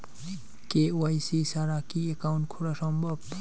KYC ছাড়া কি account করা সম্ভব?